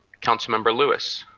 councilmember lewis.